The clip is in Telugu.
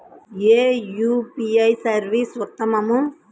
ఏ యూ.పీ.ఐ సర్వీస్ ఉత్తమము?